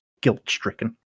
guilt-stricken